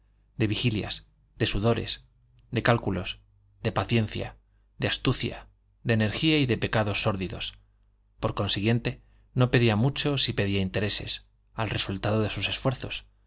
de vigilias de sudores de cálculos de paciencia de astucia de energía y de pecados sórdidos por consiguiente no pedía mucho si pedía intereses al resultado de sus esfuerzos